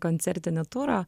koncertinį turą